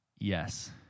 Yes